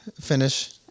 finish